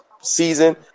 season –